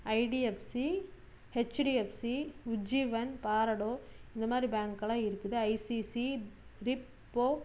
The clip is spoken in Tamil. ஐடிஎஃப்சி ஹெச்டிஎஃப்சி உஜ்ஜீவன் பேரடோ இந்த மாதிரி பேங்கலாம் இருக்குது ஐசிசி பிப்டோ